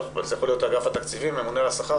זה יכול להיות אגף התקציבים או הממונה על השכר